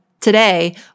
Today